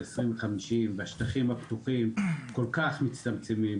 2050 והשטחים הפתוחים כל כך מצטמצמים.